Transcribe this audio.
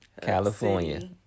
California